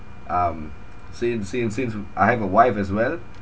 um since since since I have a wife as well